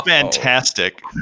fantastic